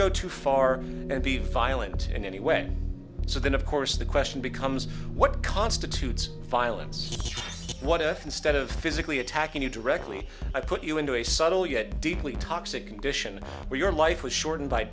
go too far and be violent in any way so then of course the question becomes what constitutes violence what if instead of physically attacking you directly i put you into a subtle yet deeply toxic addition where your life was shortened b